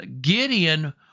Gideon